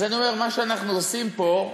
אז אני אומר: מה שאנחנו עושים פה,